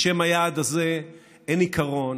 בשם היעד הזה אין עיקרון